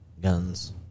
guns